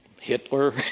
Hitler